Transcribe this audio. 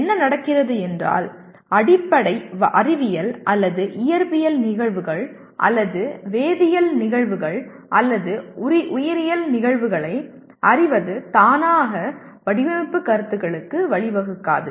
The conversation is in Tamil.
என்ன நடக்கிறது என்றால் அடிப்படை அறிவியல் அல்லது இயற்பியல் நிகழ்வுகள் அல்லது வேதியியல் நிகழ்வுகள் அல்லது உயிரியல் நிகழ்வுகளை அறிவது தானாக வடிவமைப்பு கருத்துக்களுக்கு வழிவகுக்காது